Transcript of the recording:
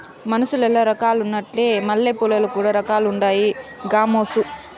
మనుసులల్ల రకాలున్నట్లే మల్లెపూలల్ల కూడా రకాలుండాయి గామోసు